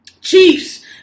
Chiefs